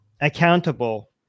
accountable